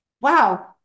wow